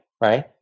right